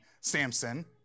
Samson